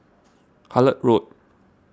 Hullet Road